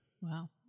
wow